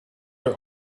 are